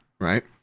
Right